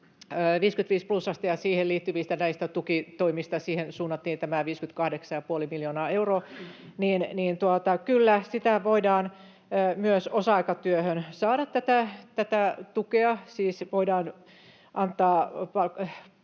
55 plussasta ja siihen liittyvistä tukitoimista. Siihen suunnattiin tämä 58,5 miljoonaa euroa, ja kyllä voidaan myös osa-aikatyöhön saada tätä tukea. Voidaan antaa